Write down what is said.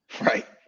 Right